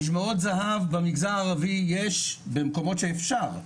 משמרות זה"ב במגזר הערבי יש במקומות שאפשר.